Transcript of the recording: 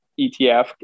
ETF